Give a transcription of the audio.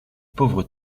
pauvre